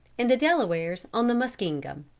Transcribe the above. and the delawares on the muskingum.